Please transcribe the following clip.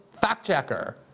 fact-checker